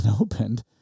opened